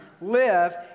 live